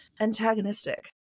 antagonistic